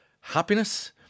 happiness